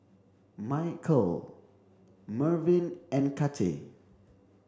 Michael Mervyn and Kacey